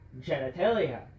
genitalia